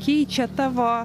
keičia tavo